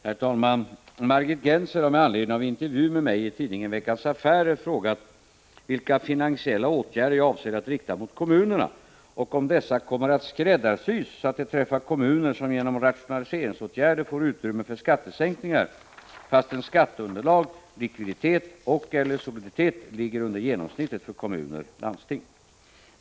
Herr talman! Margit Gennser har med anledning av en intervju med mig i tidningen Veckans Affärer frågat vilka finansiella åtgärder jag avser att rikta mot kommunerna och om dessa åtgärder kommer att skräddarsys, så att de träffar kommuner som genom rationaliseringsåtgärder får utrymme för skattesänkningar fastän skatteunderlag, likviditet och landsting.